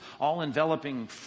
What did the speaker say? all-enveloping